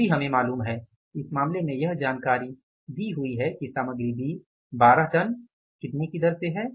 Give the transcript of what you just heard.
यह हमें मालूम है इस मामले में यह जानकारी दी हुई है कि सामग्री B 12 टन कितने की दर से है